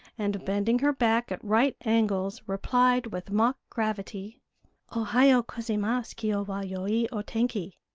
and bending her back at right angles, replied with mock gravity ohayo gozaimasu-kyo wa yoi o tenki.